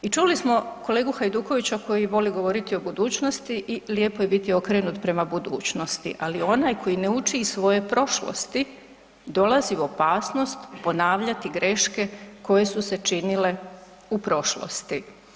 I čuli smo kolegu Hajdukovića koji voli govoriti o budućnosti i lijepo je biti okrenut prema budućnosti, ali onaj koji ne uči iz svoje prošlosti dolazi u opasnost ponavljati greške koje su se činile u prošlosti.